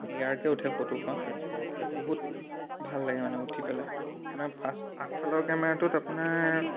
ক্লিয়াৰকৈ উঠে ফটোখন বহুত ভাল লাগে মানে উঠি পেলাই মানে ফাৰ্ষ্ট আগফালৰ কেমেৰাটোত আপোনাৰ